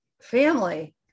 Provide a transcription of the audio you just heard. family